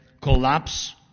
collapse